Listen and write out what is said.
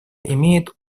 имеет